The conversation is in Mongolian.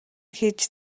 хийж